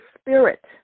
spirit